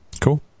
Cool